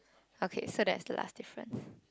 okay so that's the last difference